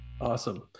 Awesome